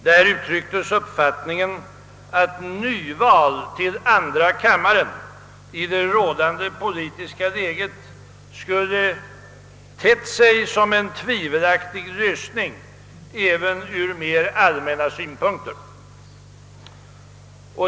Där uttrycktes den uppfattningen att nyval till andra kammaren i rådande politiska läge skulle ha »tett sig som en tvivelaktig lösning även ur mera allmänna synpunkter».